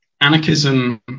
anarchism